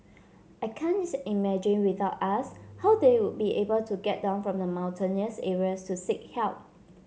I can't imagine without us how they would be able to get down from the mountainous areas to seek help